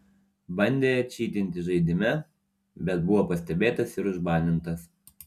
bandė čytinti žaidime bet buvo pastebėtas ir užbanintas